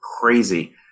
crazy